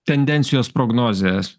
tendencijos prognozės